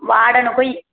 வாடனுக்கும்